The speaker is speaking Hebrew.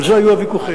על זה היו הוויכוחים.